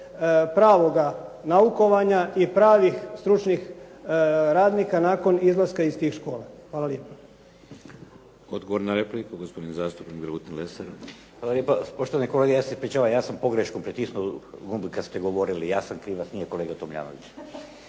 pravoga naukovanja i pravih stručnih radnika nakon izlaska iz tih škola. Hvala lijepa. **Šeks, Vladimir (HDZ)** Odgovor na repliku, gospodin zastupnik Dragutin Lesar. **Lesar, Dragutin (Nezavisni)** Hvala lijepa. Poštovani kolega, ja se ispričavam, ja sam pogrešno pritisnuo gumb kad ste govorili, ja sam kriv, nije kolega Tomljanović.